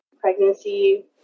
pregnancy